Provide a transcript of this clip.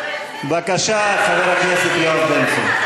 בבקשה, חבר הכנסת בן צור.